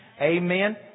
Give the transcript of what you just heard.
Amen